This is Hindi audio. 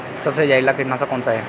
सबसे जहरीला कीटनाशक कौन सा है?